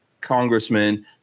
Congressman